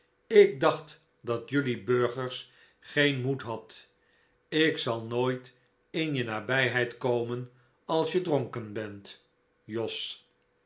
ik dacht dat jelui burgers geen moed had ik zal nooit in je nabijheid komen als je dronken bent jos